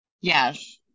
Yes